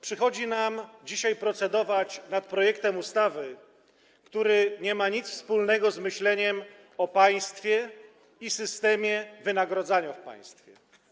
Przychodzi nam dzisiaj procedować nad projektem ustawy, który nie ma nic wspólnego z myśleniem o państwie i systemie wynagradzania w państwie.